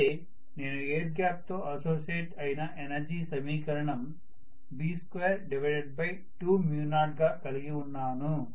అయితే నేను air gap తో అసోసియేట్ అయిన ఎనర్జీ సమీకరణం B220 గా కలిగి ఉన్నాను